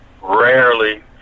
rarely